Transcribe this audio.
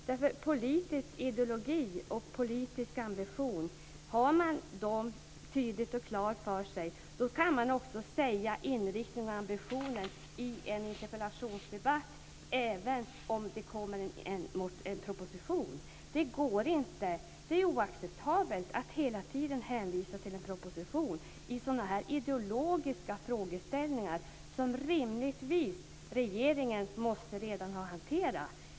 Om man har den politiska ideologin och den politiska ambitionen tydliga och klara för sig kan man också tala om inriktningen och ambitionen i en interpellationsdebatt även om det kommer en proposition. Det är oacceptabelt att hela tiden hänvisa till en proposition när det gäller sådana här ideologiska frågeställningar som regeringen rimligen redan måste ha hanterat.